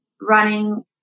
running